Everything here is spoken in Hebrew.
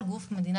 מחויבת?